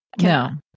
No